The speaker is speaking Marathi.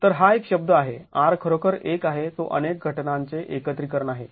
तर हा एक शब्द आहे R खरोखर एक आहे तो अनेक घटनांचे एकत्रीकरण आहे